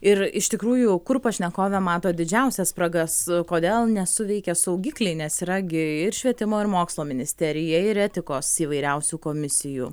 ir iš tikrųjų kur pašnekovė mato didžiausias spragas kodėl nesuveikė saugikliai nes yra gi ir švietimo ir mokslo ministerija ir etikos įvairiausių komisijų